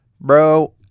Bro